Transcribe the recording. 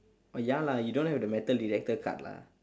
oh ya lah you don't have the metal detector card lah